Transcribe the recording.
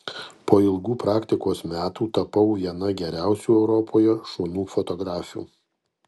po ilgų praktikos metų tapau viena geriausių europoje šunų fotografių